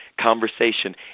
conversation